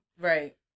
Right